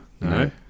No